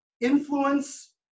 influence